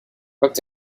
booked